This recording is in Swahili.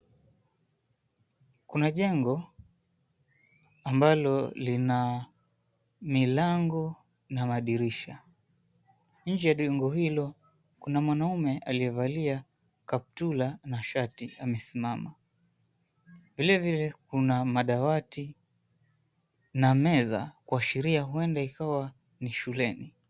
Kuna jengo ambalo lina milango na madirisha. Nje ya jengo hilo kuna mwanaume aliyevalia kaptula na shati amesimama. Vilevile kuna madawati ma meza kuashiria huenda ikawa ni shuleni.